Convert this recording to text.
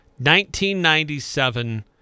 1997